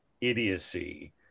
idiocy